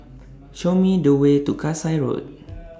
Show Me The Way to Kasai Road